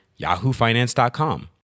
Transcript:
yahoofinance.com